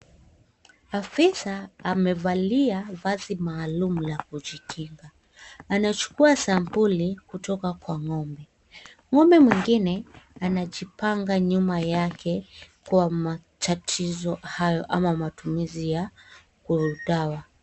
Afisa amevalia vazi maalumu la kujikinga anachukua sampuli kutoka kwa ng'ombe, ng'ombe mwingine amejipanga nyuma yake kwa matatizo hayo ama matumizi ya kudawa.